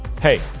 hey